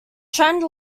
trend